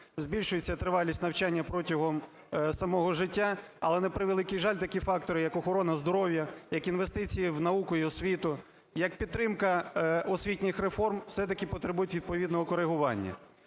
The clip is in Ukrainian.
збільшується тривалість навчання протягом самого життя, але на превеликий жаль, такі фактори, як охорона здоров'я, як інвестиції в науку і освіту, як підтримка освітніх реформ все-таки потребують відповідного коригування.